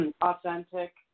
authentic